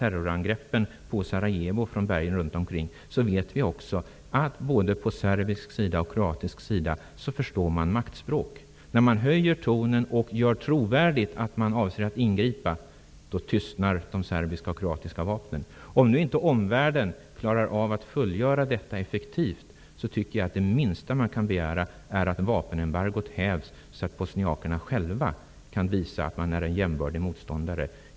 Det har också kunnat noteras i samband med att varningar har riktats mot dem inför hotande massiva terrorangrepp på Sarajevo från bergen runt omkring. När tonen höjs och det görs trovärdigt att man avser att ingripa, tystnar de serbiska och kroatiska vapnen. Det minsta som man kan begära är, om omvärlden inte klarar av att fullgöra detta effektivt, att vapenembargot hävs, så att bosnierna själva kan visa att de är jämbördiga motståndare.